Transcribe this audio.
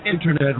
internet